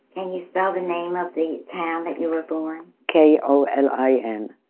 and you spell the name of the town that you were born? k o l i n.